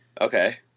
Okay